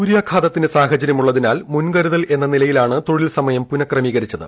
സൂര്യാഘാതത്തിനുള്ള സാഹചര്യമുള്ളതിനാൽ മുൻകരുതലെന്ന നിലയിലാണു തൊഴിൽ സമയം പുനഃക്രമീകരിച്ചത്